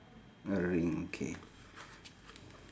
a ring okay